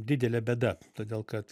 didelė bėda todėl kad